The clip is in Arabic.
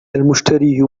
المشتري